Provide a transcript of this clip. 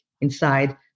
inside